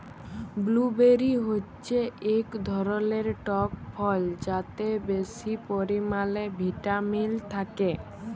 blueberry হচ্যে এক ধরলের টক ফল যাতে বেশি পরিমালে ভিটামিল থাক্যে